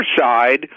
side